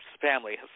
family